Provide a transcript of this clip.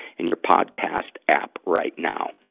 in your podcast app right now.